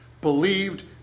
believed